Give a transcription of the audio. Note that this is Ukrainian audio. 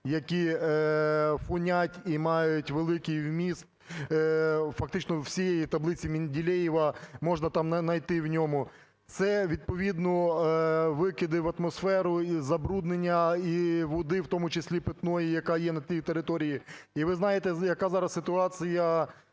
які фонять і мають великий вміст фактично всієї таблиці Менделєєва, можна там найти в ньому. Це відповідно викиди в атмосферу і забруднення і води, в тому числі питної, яка є на тій території. І ви знаєте, яка зараз ситуація